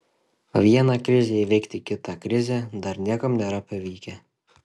o viena krize įveikti kitą krizę dar niekam nėra pavykę